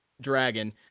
dragon